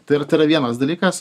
tai yra tai yra vienas dalykas